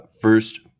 first